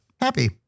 Happy